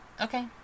Okay